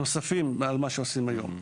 נוספים מעל מה שעושים היום.